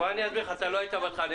אסביר לך כי אתה לא היית בהתחלה.